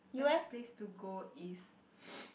best place to go is